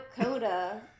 Coda